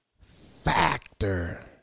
factor